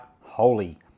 holy